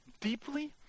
deeply